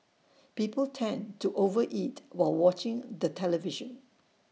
people tend to over eat while watching the television